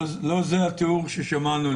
לא זה התיאור ששמענו.